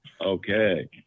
Okay